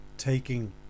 taking